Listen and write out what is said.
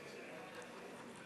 עד